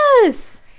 Yes